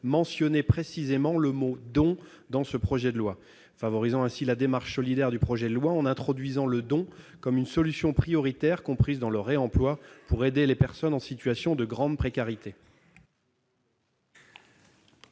mentionner précisément le mot « don » dans le projet de loi. Il tend ainsi à favoriser la démarche solidaire du projet de loi en introduisant le don comme une solution prioritaire comprise dans le réemploi pour aider les personnes en situation de grande précarité.